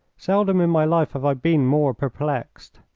seldom in my life have i been more perplexed.